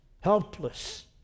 Helpless